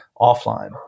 offline